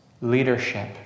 leadership